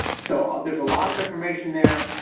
so ah there is a lot of information there,